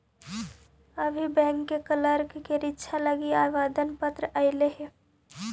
अभी बैंक के क्लर्क के रीक्षा लागी आवेदन पत्र आएलई हल